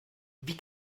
wie